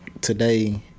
today